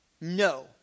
No